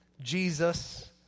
Jesus